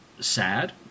sad